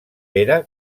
pere